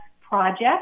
project